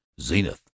Zenith